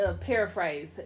Paraphrase